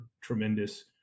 tremendous